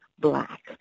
black